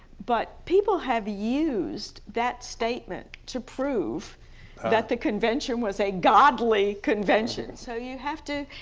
but people have used that statement to prove that the convention was a godly convention so you have to,